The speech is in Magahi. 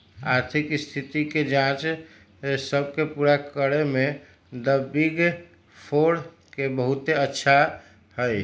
आर्थिक स्थिति के जांच सब के पूरा करे में द बिग फोर के बहुत अच्छा हई